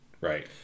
Right